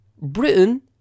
britain